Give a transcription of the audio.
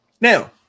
Now